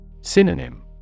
Synonym